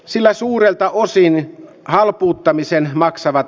sillä suurelta osin halpuuttamiseen maksavat